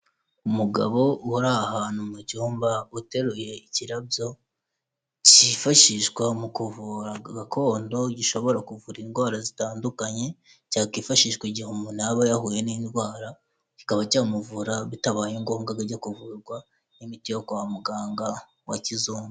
Umugabo uri ahantu mu cyumba uteruye ikirabyo cyifashishwa mu kuvura gakondo gishobora kuvura indwara zitandukanye cyakifashishwa igihe umuntu yaba yahuye n'indwara kikaba cyamuvura bitabaye ngombwa ajya kuvurwa n'imiti yo kwa muganga wa kizungu.